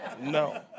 no